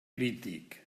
crític